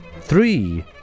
three